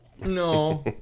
No